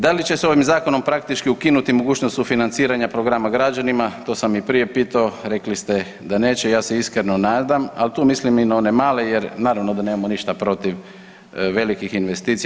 Da li će se ovim zakonom praktički ukinuti mogućnost sufinanciranja programa građanima, to sam i prije pitao, rekli ste da neće, ja se iskreno nadam, ali tu mislim i na one male jer naravno da nemamo ništa protiv velikih investicija.